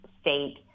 state